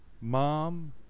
Mom